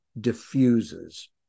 diffuses